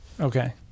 Okay